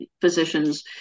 physicians